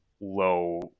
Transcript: low